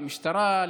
למשטרה,